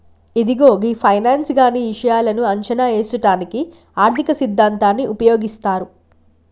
ఇదిగో గీ ఫైనాన్స్ కానీ ఇషాయాలను అంచనా ఏసుటానికి ఆర్థిక సిద్ధాంతాన్ని ఉపయోగిస్తారు